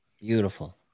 Beautiful